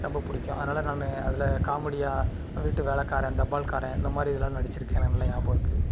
ரொம்ப பிடிக்கும் அதனால நானும் அதில் காமெடியாக வீட்டு வேலைக்காரன் தபால்காரன் இந்த மாதிரி இதெலலாம் நடிச்சுருக்கேன் எனக்கு நல்லா நியாபகம் இருக்குது